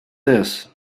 this